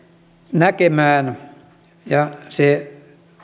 näkemään se